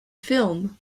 film